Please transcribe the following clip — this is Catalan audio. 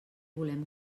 volem